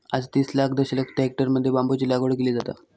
आज तीस लाख दशलक्ष हेक्टरमध्ये बांबूची लागवड केली जाता